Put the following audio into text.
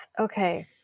okay